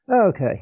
Okay